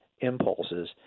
impulses